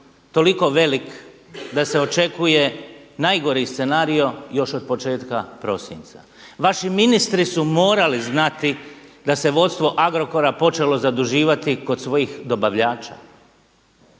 toliko velik da se očekuje najgori scenarijo još od početka prosinca. Vaši ministri su morali znati da se vodstvo Agrokora počelo zaduživati kod svojih dobavljača.